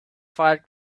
fight